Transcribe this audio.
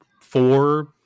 four